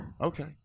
Okay